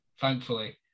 thankfully